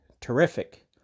terrific